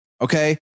okay